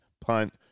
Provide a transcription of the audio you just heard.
punt